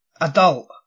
adult